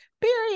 period